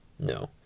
No